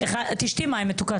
תשתי מים, מתוקה.